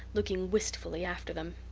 looking wistfully after them.